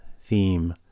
theme